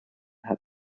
had